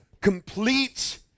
complete